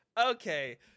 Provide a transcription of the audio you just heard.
Okay